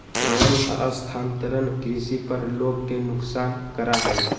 रोहन स्थानांतरण कृषि पर लोग के नुकसान करा हई